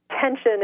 tension